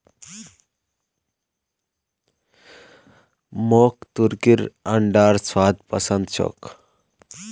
मोक तुर्कीर अंडार स्वाद पसंद छोक